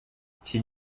iki